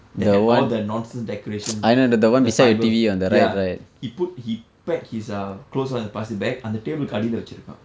that had all that nonsense decoration the fiber ya he put he packed his uh clothes all in the plastic bag அந்த:antha table கடில வைத்திருக்குறான்:kadila vaithirukkuraan